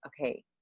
okay